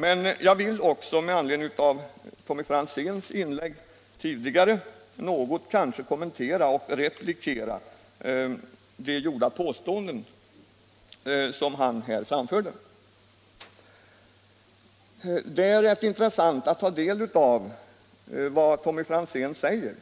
Men jag vill också med anledning av herr Franzéns inlägg något kommentera de påståenden som han där gjorde. Det är rätt intressant att höra vad herr Franzén säger.